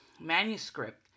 manuscript